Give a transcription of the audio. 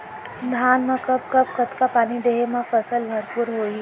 धान मा कब कब कतका पानी देहे मा फसल भरपूर होही?